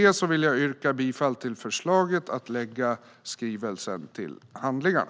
Jag yrkar bifall till förslaget att lägga redogörelsen till handlingarna.